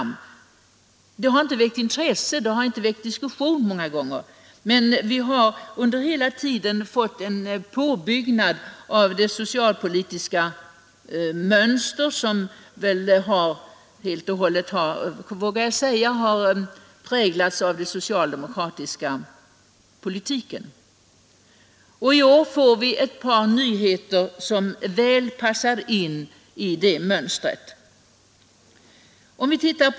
Många gånger har de inte väckt intresse och diskussion, men vi har under hela tiden fått en påbyggnad av det socialpolitiska mönster som väl helt och hållet, vågar jag säga, har präglats av den socialdemokratiska politiken, I år får vi ett par nyheter som väl passar in i det mönstret.